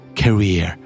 career